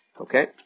Okay